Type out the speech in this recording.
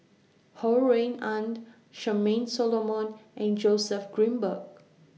Ho Rui An Charmaine Solomon and Joseph Grimberg